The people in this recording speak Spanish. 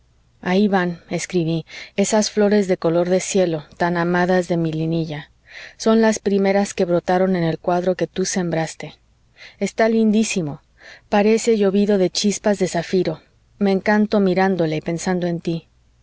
de angelina ahí van escribí esas flores de color de cielo tan amadas de mi linilla son las primeras que brotaron en el cuadro que tú sembraste está lindísimo parece llovido de chispas de zafiro me encanto mirándole y pensando en tí